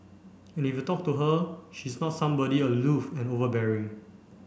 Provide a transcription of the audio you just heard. and if you talk to her she's not somebody aloof and overbearing